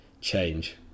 change